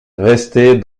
restait